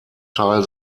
teil